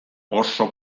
oso